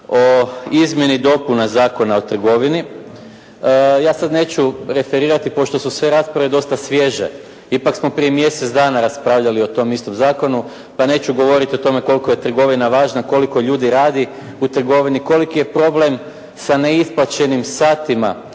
o izmjeni i dopuni Zakona o trgovini, ja sada neću referirati pošto su sve rasprave dosta svježe, ipak smo prije mjesec dana raspravljali o tom istom zakonu pa neću govoriti o tome koliko je trgovina važna, koliko ljudi radi u trgovini, koliki je problem sa neisplaćenim satima